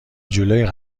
جلوی